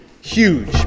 huge